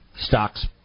stocks